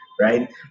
right